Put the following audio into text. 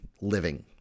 living